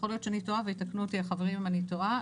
ויכול להיות שאני טועה ויתקנו אותי החברים אם אני טועה,